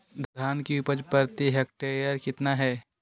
धान की उपज प्रति हेक्टेयर कितना है?